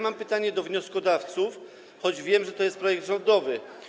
Mam pytanie do wnioskodawców, choć wiem, że to jest projekt rządowy.